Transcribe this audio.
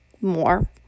more